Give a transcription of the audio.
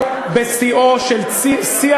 מה המסגרת של הדיון?